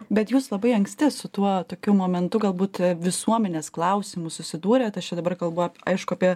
bet jūs labai anksti su tuo tokiu momentu galbūt visuomenės klausimu susidūrėt aš čia dabar kalbu ap aišku apie